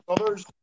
others